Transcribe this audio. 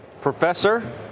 Professor